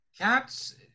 Cats